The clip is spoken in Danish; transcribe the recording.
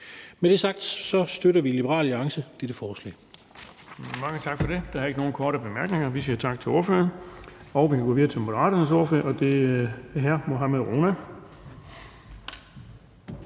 Med det sagt støtter vi i Liberal Alliance dette forslag.